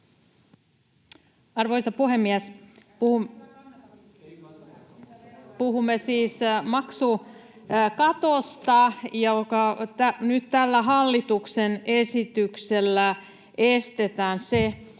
Arvoisa puhemies! Puhumme siis maksukatosta. Nyt tällä hallituksen esityksellä estetään se,